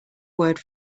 word